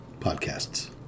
podcasts